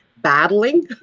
battling